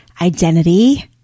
identity